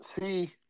see